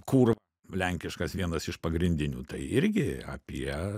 kur lenkiškas vienas iš pagrindinių tai irgi apie